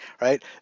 right